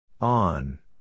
On